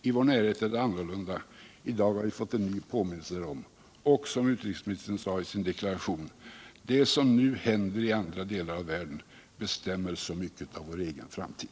I Europas närhet är det annorlunda —i dag har vi fått en ny påminnelse därom — och som utrikesministern sade i sin deklaration: Det som nu händer i andra delar av världen bestämmer så mycket av vår egen framtid.